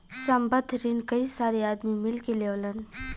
संबंद्ध रिन कई सारे आदमी मिल के लेवलन